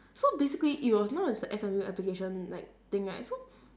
so basically it was known as the S_M_U application like thing right so